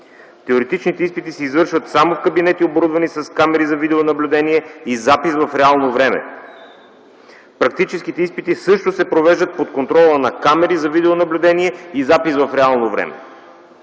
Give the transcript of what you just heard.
Теоретичните изпити се извършват само в кабинети, оборудвани с камери за видеонаблюдение и запис в реално време. Практическите изпити също се провеждат под контрола на камери за видеонаблюдение и запис в реално време.